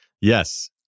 Yes